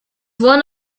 one